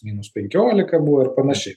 minus penkiolika buvo ir panašiai